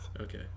Okay